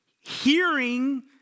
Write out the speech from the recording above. Hearing